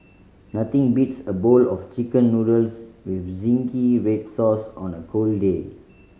nothing beats a bowl of Chicken Noodles with zingy red sauce on a cold day